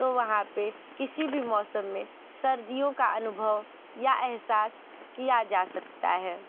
तो वहाँ पर किसी भी मौसम में सर्दियों का अनुभव या अहसास किया जा सकता है